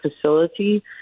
facility